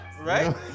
right